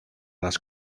las